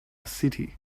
city